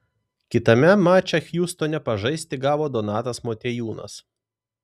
kitame mače hjustone pažaisti gavo donatas motiejūnas